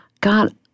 God